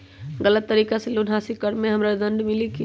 गलत तरीका से लोन हासिल कर्म मे हमरा दंड मिली कि?